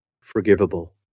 forgivable